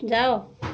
ଯାଅ